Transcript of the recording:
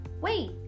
wait